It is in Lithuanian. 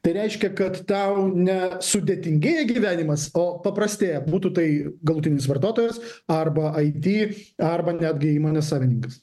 tai reiškia kad tau ne sudėtingėja gyvenimas o paprastėja būtų tai galutinis vartotojas arba it arba netgi įmonės savininkas